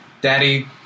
Daddy